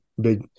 big